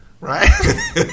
right